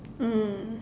mm